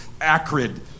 acrid